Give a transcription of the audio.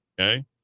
okay